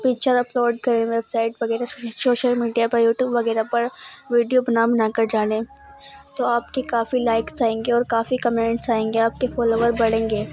picture upload کریں website پر social media پر یو ٹیوب وغیرہ پر ویڈیو بنا بنا کر ڈالیں تو آپ کی کافی لائکس آئیں گی اور کافی کمنٹس آئیں گے آپ کے فالوور بڑھیں گے